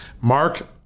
Mark